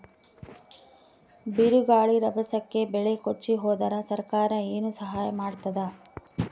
ಬಿರುಗಾಳಿ ರಭಸಕ್ಕೆ ಬೆಳೆ ಕೊಚ್ಚಿಹೋದರ ಸರಕಾರ ಏನು ಸಹಾಯ ಮಾಡತ್ತದ?